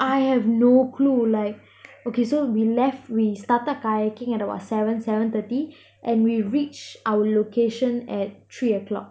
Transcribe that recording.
I have no clue like okay so we left we started kayaking at about seven seven thirty and we reached our location at three o'clock